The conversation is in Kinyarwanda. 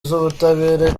z’ubutabera